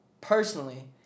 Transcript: personally